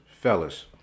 fellas